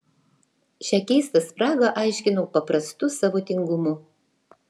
šią keistą spragą aiškinau paprastu savo tingumu